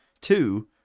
Two